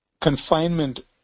confinement